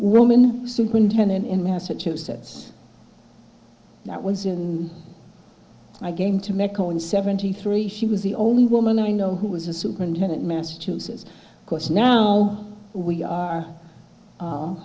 woman superintendent in massachusetts that was in the game to medical in seventy three she was the only woman i know who was a superintendent massachusetts course now we are